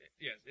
Yes